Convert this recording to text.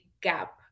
gap